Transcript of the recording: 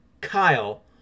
Kyle